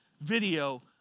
video